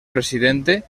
presidente